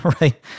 right